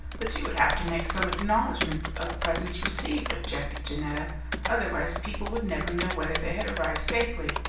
but you would have to make some acknowledgment of presents received, objected janetta otherwise people would never know whether they had arrived safely.